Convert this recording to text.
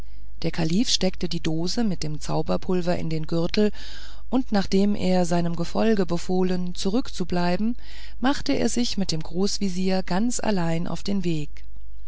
der kalif steckte die dose mit dem zauberpulver in den gürtel und nachdem er seinem gefolge befohlen zurückzubleiben machte er sich mit dem großvezier ganz allein auf den weg